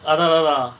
அதா ததா:atha thathaa